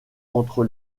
entre